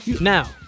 Now